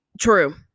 true